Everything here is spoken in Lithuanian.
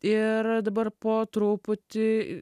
ir dabar po truputį